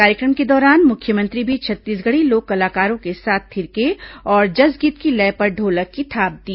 कार्यक्रम के दौरान मुख्यमंत्री भी छत्तीसगढ़ी लोक कलाकारों के साथ थिरके और जसगीत की लय पर ढोलक की थाप दी